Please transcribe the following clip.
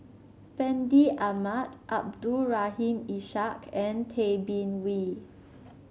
Fandi Ahmad Abdul Rahim Ishak and Tay Bin Wee